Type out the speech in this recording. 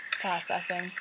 processing